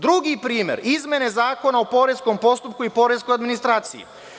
Drugi primer, izmene Zakona o poreskom postupku i poreskoj administraciji.